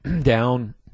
down